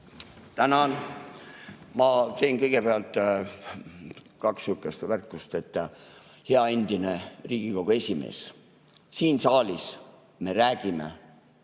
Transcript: Tänan! Ma teen kõigepealt kaks sellist märkust. Hea endine Riigikogu esimees! Siin saalis me räägime